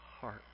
heart